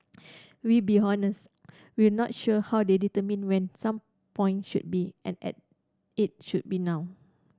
we'll be honest we're not sure how they determined when some point should be and and it should be now